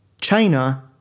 China